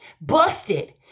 busted